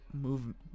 movement